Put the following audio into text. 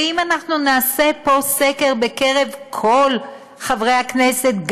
ואם אנחנו נעשה פה סקר בקרב כל חברי הכנסת,